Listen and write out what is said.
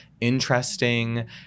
interesting